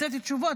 לתת תשובות,